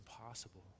impossible